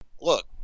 look